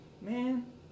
man